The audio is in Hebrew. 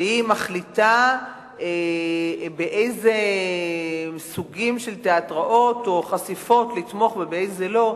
שהיא מחליטה באילו סוגים של תיאטראות או חשיפות לתמוך ובאילו לא,